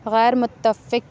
غیر متفق